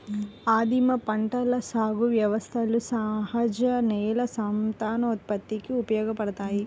ఆదిమ పంటల సాగు వ్యవస్థలు సహజ నేల సంతానోత్పత్తికి ఉపయోగపడతాయి